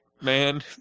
man